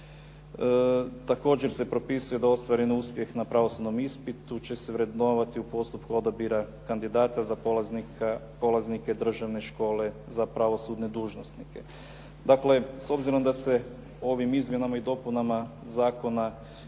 Također se propisuje da ostvareni uspjeh na pravosudnom ispitu će se vrednovati u postupku odabira kandidata za polaznike državne škole za pravosudne dužnosnike. Dakle, s obzirom da se ovim izmjenama i dopunama zakona